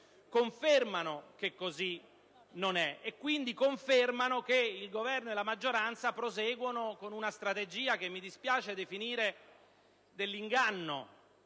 confermano. Quindi, confermano che il Governo e la maggioranza proseguono con una strategia che mi dispiace definire dell'inganno